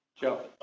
Joe